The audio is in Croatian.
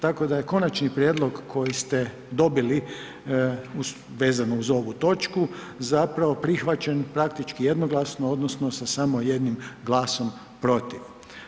Tako da je konačni prijedlog koji ste dobili vezano uz ovu točku zapravo prihvaćen praktički jednoglasno odnosno sa samo 1 glasom protiv.